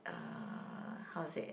uh how to say